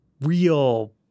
real